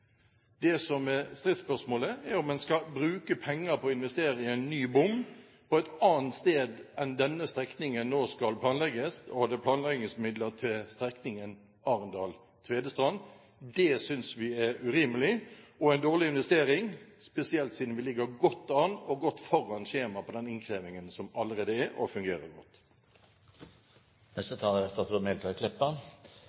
Det som er stridsspørsmålet, er om en skal bruke penger på å investere i en ny bom på et annet sted enn der denne strekningen nå skal planlegges – det planlegges midler til strekningen Arendal–Tvedestrand. Det synes vi er urimelig og en dårlig investering, spesielt siden vi ligger godt an og godt foran skjema på den innkrevingen som allerede er, og som fungerer godt.